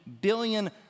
billion